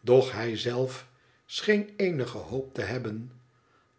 doch hij zelf scheen eenige hoop te hebben